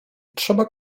trzeba